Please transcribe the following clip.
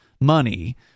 money